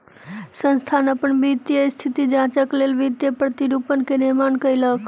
संस्थान अपन वित्तीय स्थिति जांचक लेल वित्तीय प्रतिरूपण के निर्माण कयलक